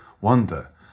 wonder